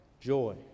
joy